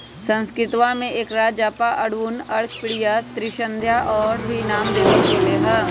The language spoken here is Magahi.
संस्कृतवा में एकरा जपा, अरुण, अर्कप्रिया, त्रिसंध्या और भी नाम देवल गैले है